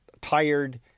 tired